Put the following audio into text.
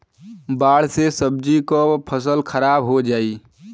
बाढ़ से सब्जी क फसल खराब हो जाई